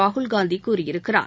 ராகுல் காந்தி கூறியிருக்கிறார்